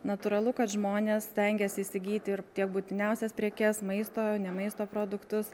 natūralu kad žmonės stengiasi įsigyti ir tiek būtiniausias prekes maisto ne maisto produktus